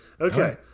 Okay